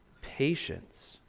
patience